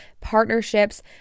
partnerships